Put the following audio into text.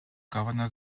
governor